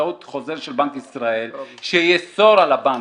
באמצעות חוזר של בנק ישראל שיאסור על הבנק,